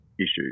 issues